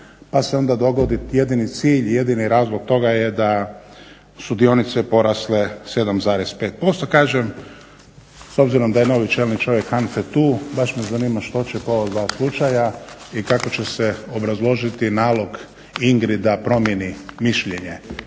pa se onda dogodi jedini cilj i jedini razlog toga je da su dionice porasle 7,5%. Kažem s obzirom da je novi čelni čovjek HANFA-e tu baš me zanima što će tko od ova dva slučaja i kako će se obrazložiti nalog INGRA-i da promijeni mišljenje